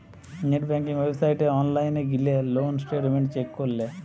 net banking ওয়েবসাইটে online গিলে loan statement check করলে